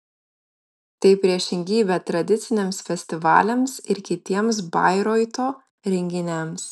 tai priešingybė tradiciniams festivaliams ir kitiems bairoito renginiams